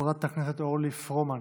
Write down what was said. חברת הכנסת אורלי פרומן,